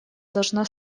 должна